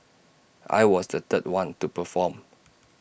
I was the third one to perform